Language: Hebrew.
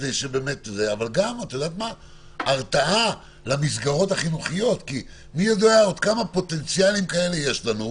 וגם הרתעה למסגרות החינוכיות כי מי יודע כמה פוטנציאלים עוד יש פה,